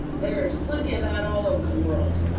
there's plenty of that all over the world.